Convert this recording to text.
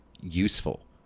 useful